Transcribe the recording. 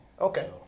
okay